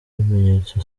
ibimenyetso